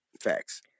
Facts